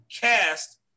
cast